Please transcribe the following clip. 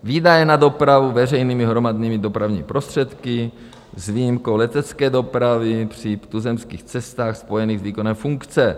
Výdaje na dopravu veřejnými hromadnými dopravními prostředky s výjimkou letecké dopravy při tuzemských cestách spojených s výkonem funkce.